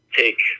take